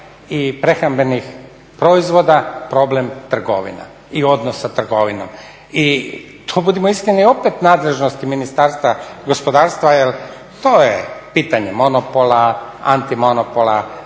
i prehrambenih proizvoda problem trgovina i odnos sa trgovinom. I budimo iskreni, opet nadležnosti Ministarstva gospodarstva jer to je pitanje monopola, antimonopola